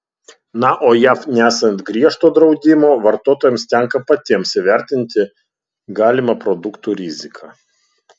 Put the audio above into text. na o jav nesant griežto draudimo vartotojams tenka patiems įvertinti galimą produktų riziką